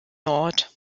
nord